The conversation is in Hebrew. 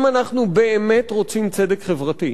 אם אנחנו באמת רוצים צדק חברתי,